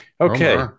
Okay